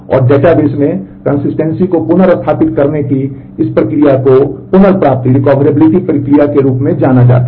और डेटाबेस में संगतता को पुनर्स्थापित करने की इस प्रक्रिया को पुनर्प्राप्ति प्रक्रिया के रूप में जाना जाता है